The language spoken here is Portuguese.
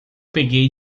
peguei